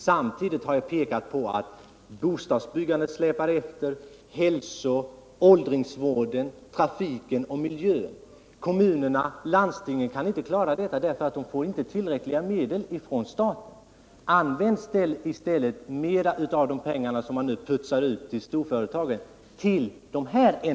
Samtidigt har jag pekat på att bostadsbyggandet släpar efter liksom åldringsvården, hälsovården, trafiken och miljön. Kommunerna och landstingen kan inte klara detta därför att de inte får tillräckliga medel från staten. Använd i stället till dessa ändamål mera av de pengar man nu slussar ut till storföretagen!